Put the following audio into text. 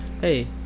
Hey